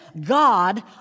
God